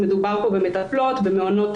מדובר במטפלות במעונות,